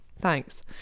Thanks